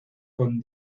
con